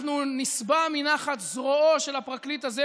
אנחנו נשבע מנחת זרועו של הפרקליט הזה,